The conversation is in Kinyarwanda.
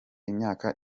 imyaka